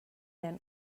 them